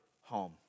home